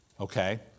okay